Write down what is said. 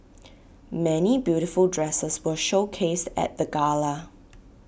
many beautiful dresses were showcased at the gala